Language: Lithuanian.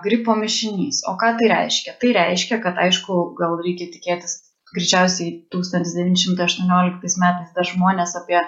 gripo mišinys o ką tai reiškia tai reiškia kad aišku gal reikia tikėtis greičiausiai tūkstantis devyni šimtai aštuonioliktais metais žmonės apie